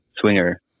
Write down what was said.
swinger